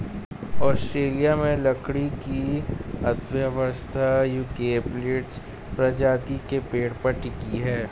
Australia में लकड़ी की अर्थव्यवस्था यूकेलिप्टस प्रजाति के पेड़ पर टिकी है